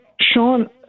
Sean